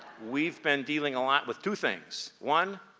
we've been dealing a lot with two things. one,